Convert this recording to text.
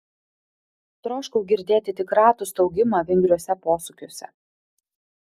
troškau girdėti tik ratų staugimą vingriuose posūkiuose